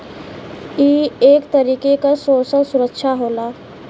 ई एक तरीके क सोसल सुरक्षा होला